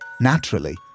Naturally